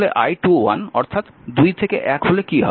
তাহলে I21 অর্থাৎ 2 থেকে 1 হলে কী হবে